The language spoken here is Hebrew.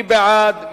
מי בעד?